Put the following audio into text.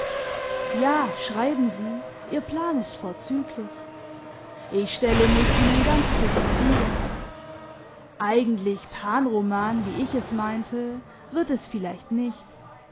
ja schreiben sie ihr plan ist vorzüglich ich stelle mich ihnen ganz zur verfügung eigentlich pan roman wie ich es meinte wird es vielleicht nicht